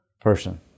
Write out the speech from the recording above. person